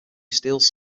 steals